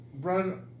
Run